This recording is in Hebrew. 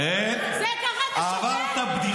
אתה שותק?